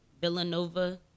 Villanova